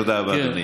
תודה רבה, אדוני.